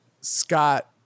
Scott